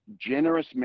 generous